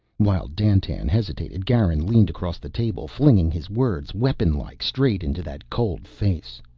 while dandtan hesitated, garin leaned across the table, flinging his words, weapon-like, straight into that cold face.